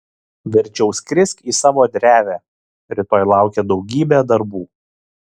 verčiau skrisk į savo drevę rytoj laukia daugybė darbų